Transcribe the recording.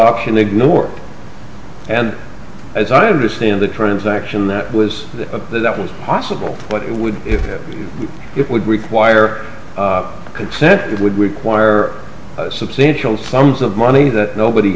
option ignore and as i understand the transaction that was that was possible but it would it would require consent it would require substantial sums of money that nobody